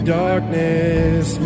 darkness